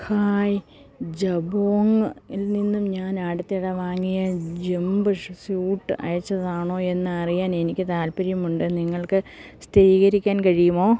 hi Jabong ൽ നിന്നും ഞാൻ അടുത്തിടെ വാങ്ങിയ ജമ്പ് ശു സ്യൂട്ട് അയച്ചതാണോ എന്ന് അറിയാൻ എനിക്ക് താൽപ്പര്യമുണ്ട് നിങ്ങൾക്ക് സ്ഥിരീകരിക്കാൻ കഴിയുമോ